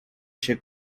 się